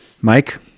Mike